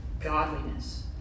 godliness